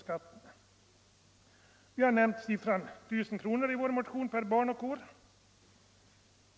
Vi har i vår motion nämnt siffran 1000 kronor per barn och år.